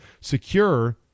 Secure